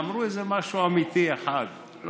אמרו איזה משהו אמיתי אחד.